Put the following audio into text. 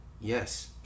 Yes